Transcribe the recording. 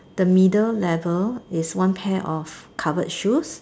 the middle level is one pair of covered shoes